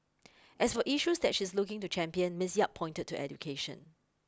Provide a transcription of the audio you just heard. as for issues that she is looking to champion Miss Yap pointed to education